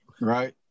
right